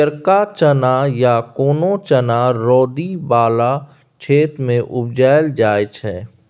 हरियरका चना या कोनो चना रौदी बला क्षेत्र मे उपजाएल जाइ छै